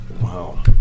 wow